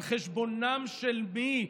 על חשבונם של מי?